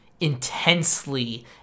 intensely